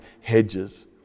hedges